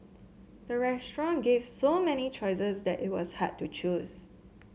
the restaurant gave so many choices that it was hard to choose